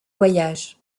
voyage